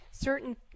certain